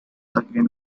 again